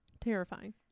Terrifying